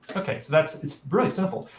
ok, so that's it's pretty simple.